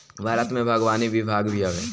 भारत में बागवानी विभाग भी हवे